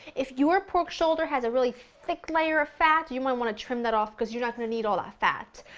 if your pork shoulder has a really thick layer of fat, you might want to trim that off because you're not going to need all of that fat.